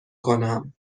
کنم